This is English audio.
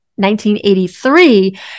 1983